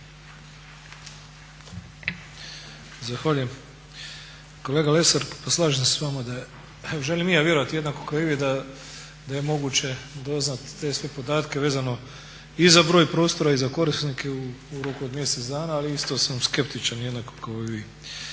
Zahvaljujem. Kolega Lesar, slažem se s vama, želim i ja vjerovati jednako kao i vi da je moguće doznat te sve podatke vezano i za broj prostora i za korisnike u roku od mjesec dana, ali isto sam skeptičan jednako kao i vi.